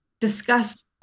Discuss